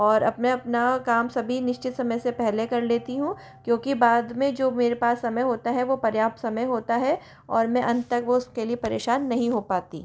और अब मैं अपना काम सभी निश्चित समय से पहले कर लेती हूँ क्योंकि बाद में जो मेरे पास समय होता है वो पर्याप्त समय होता है और मैं अंत तक वो उसके लिए परेशान नहीं हो पाती